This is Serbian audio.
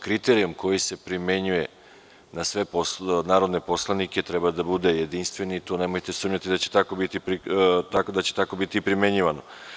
Kriterijum koji se primenjuje na sve narodne poslanike treba da bude jedinstven i to nemojte sumnjati da će tako biti primenjivano.